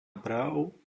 práv